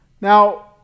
Now